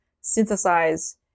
synthesize